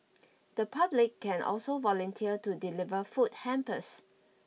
the public can also volunteer to deliver food hampers